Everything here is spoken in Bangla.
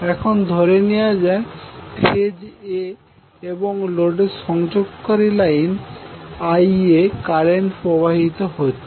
এখন ধরে নেওয়া যাক ফেজ A এবং লোডের সংযোগকারী লাইনে Ia কারেন্ট প্রবাহিত হচ্ছে